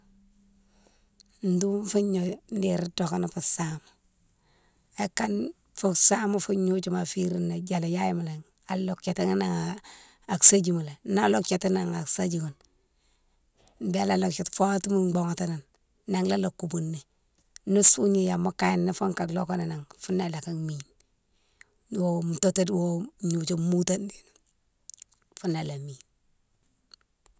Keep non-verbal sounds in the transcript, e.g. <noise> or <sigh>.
Doufougna déri doké ni fou sama, akane fou sama fou gnodiouma férine né dialiyama lé alodjatini an i, <unintelligible> na lodjatini an saguiighounne bélé alodjati fo watima boughane tini, nanné alo koubouni, ni sougna yama kani fo ka lokana nan, foune né aloka gni, o toutou wo, o gnodio moutone dé foune né ala mine.